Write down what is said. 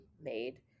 made